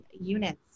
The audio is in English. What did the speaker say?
units